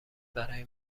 برای